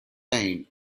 line